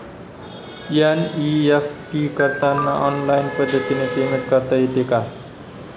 NEFT करताना online पद्धतीने payment करता येते का?